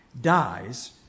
dies